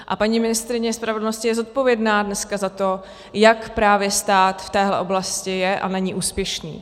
A paní ministryně spravedlnosti je zodpovědná dneska za to, jak právě stát v téhle oblasti je a není úspěšný.